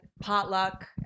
potluck